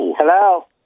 Hello